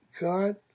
God